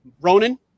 Ronan